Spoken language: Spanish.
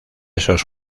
esos